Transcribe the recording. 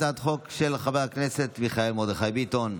הצעת החוק של חבר הכנסת מיכאל מרדכי ביטון,